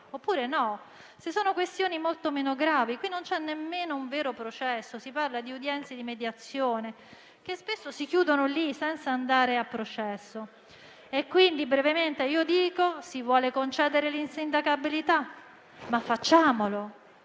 oppure no, se sono questioni molto meno gravi. Qui non c'è nemmeno un vero processo; si parla di udienze di mediazione, che spesso si chiudono lì, senza andare a processo. Quindi brevemente io dico: si vuole concedere l'insindacabilità? Facciamolo;